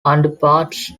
underparts